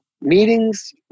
meetings